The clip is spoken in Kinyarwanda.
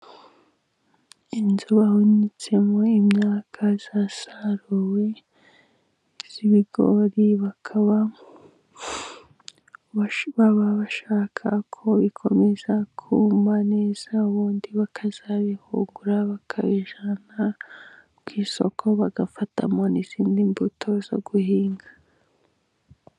Inzu bahunitsemo imyaka yasaruwe y'ibigori, bakaba bashaka ko bikomeza kuma neza, ubundi bakazabihungura bakabijyana ku isoko, bagafatamo n'indi mbuto yo guhinga.